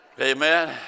Amen